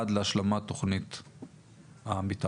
עד להשלמת תוכנית המתאר.